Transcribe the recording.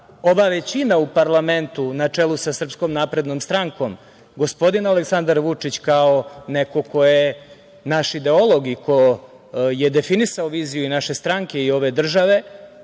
ova većina u parlamentu, na čelu sa SNS, gospodin Aleksandar Vučić, kao neko ko je naš ideolog i ko je definisao viziju i naše stranke i ove države,